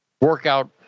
workout